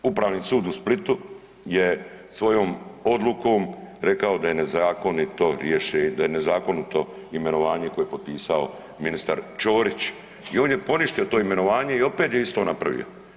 I sud Upravni sud u Splitu je svojom odlukom rekao da je nezakonito, da je nezakonito imenovanje koje je potpisao ministar Ćorić i on je poništio to imenovanje i opet je isto napravio.